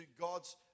God's